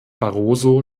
barroso